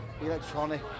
electronic